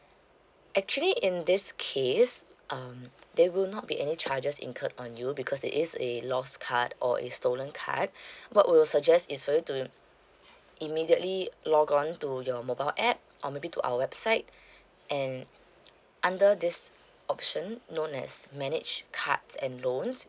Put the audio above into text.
actually in this case um there will not be any charges incurred on you because it is a lost card or a stolen card what we will suggest is for you to um immediately uh log on to your mobile app or maybe to our website and under this option known as manage cards and loans